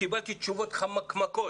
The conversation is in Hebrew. וקיבלתי תשובות חמקמקות.